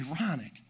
ironic